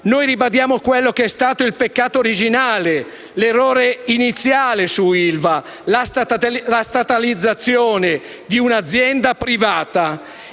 Noi ribadiamo quello che è stato il peccato originale, l'errore iniziale su ILVA: la statalizzazione di un'azienda privata.